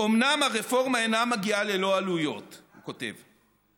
"אומנם הרפורמה אינה מגיעה ללא עלויות", הוא כותב,